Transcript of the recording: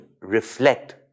reflect